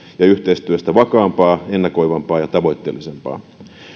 ja yhteistyöstä vakaampaa ennakoivampaa ja tavoitteellisempaa